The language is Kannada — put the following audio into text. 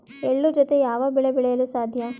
ಎಳ್ಳು ಜೂತೆ ಯಾವ ಬೆಳೆ ಬೆಳೆಯಲು ಸಾಧ್ಯ?